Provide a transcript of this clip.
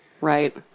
Right